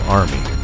army